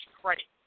credit